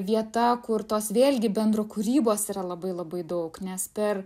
vieta kur tos vėlgi bendrakūrybos yra labai labai daug nes per